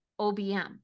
OBM